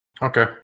Okay